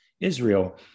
Israel